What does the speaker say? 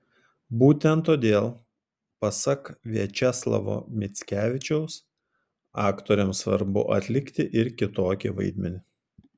būtent todėl pasak viačeslavo mickevičiaus aktoriams svarbu atlikti ir kitokį vaidmenį